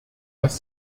das